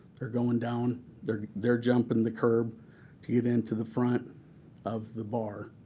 they're going down they're they're jumping the curb to get into the front of the bar